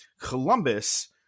Columbus